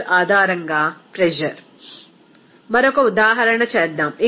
refer slide time మరొక ఉదాహరణ చేద్దాం